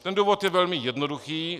Ten důvod je velmi jednoduchý.